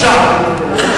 טוב,